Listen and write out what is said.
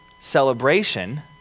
celebration